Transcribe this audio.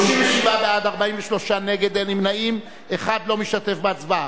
37 בעד, 43 נגד, אין נמנעים, אחד לא משתתף בהצבעה.